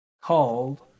Called